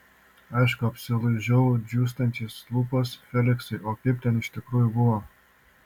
aišku apsilaižau džiūstančias lūpas feliksai o kaip ten iš tikrųjų buvo